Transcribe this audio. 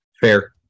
Fair